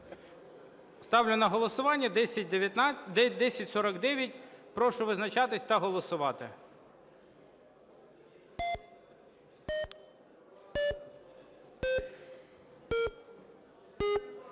Ставлю на голосування 1049. Прошу визначатись та голосувати.